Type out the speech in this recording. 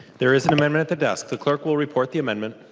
there is an amendment at the desk. the clerk will report the amendment.